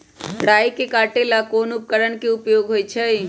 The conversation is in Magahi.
राई के काटे ला कोंन उपकरण के उपयोग होइ छई?